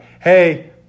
hey